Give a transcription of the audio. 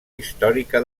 històrica